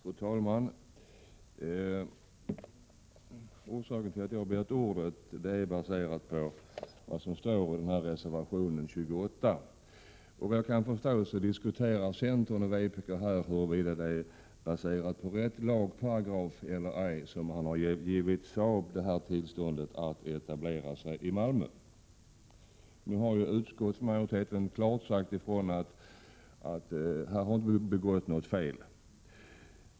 Fru talman! Orsaken till att jag begärt ordet är vad som står i reservation 28. Såvitt jag kan förstå diskuterar centern och vpk där huruvida beslutet varit baserat på rätt lagparagraf när Saab har fått tillstånd att etablera sig i Malmö. Nu har utskottsmajoriteten klart sagt ifrån att här har inte begåtts något fel.